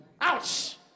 Ouch